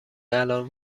الان